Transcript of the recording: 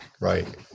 Right